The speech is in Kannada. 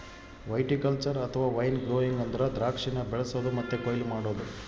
ವೈಟಿಕಲ್ಚರ್ ಅಥವಾ ವೈನ್ ಗ್ರೋಯಿಂಗ್ ಅಂದ್ರ ದ್ರಾಕ್ಷಿನ ಬೆಳಿಸೊದು ಮತ್ತೆ ಕೊಯ್ಲು ಮಾಡೊದು